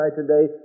today